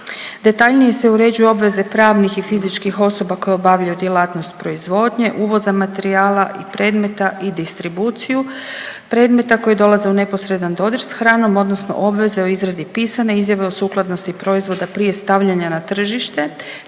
Detaljnije se uređuju obveze pravnih i fizičkih osoba koje obavljaju djelatnost proizvodnje, uvoza materijala i predmeta i distribuciju predmeta koji dolaze u neposredan dodir sa hranom, odnosno obveze o izradi pisane izjave o sukladnosti proizvoda prije stavljanja na tržište,